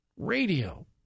Radio